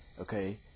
okay